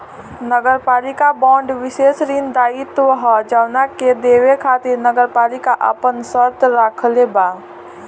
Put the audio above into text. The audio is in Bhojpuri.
नगरपालिका बांड विशेष ऋण दायित्व ह जवना के देवे खातिर नगरपालिका आपन शर्त राखले बा